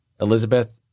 Elizabeth